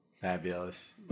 Fabulous